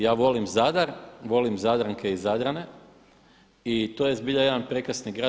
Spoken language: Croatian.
Ja volim Zadar, volim Zadranke i Zadrane i to je zbilja jedan prekrasni grad.